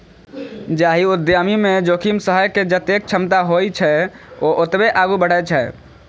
जाहि उद्यमी मे जोखिम सहै के जतेक क्षमता होइ छै, ओ ओतबे आगू बढ़ै छै